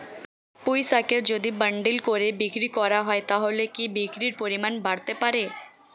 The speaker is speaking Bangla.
পুঁইশাকের যদি বান্ডিল করে বিক্রি করা হয় তাহলে কি বিক্রির পরিমাণ বাড়তে পারে?